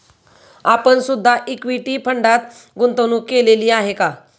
आपण सुद्धा इक्विटी फंडात गुंतवणूक केलेली आहे का?